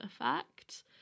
effect